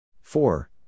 four